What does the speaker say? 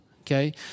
okay